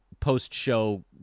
post-show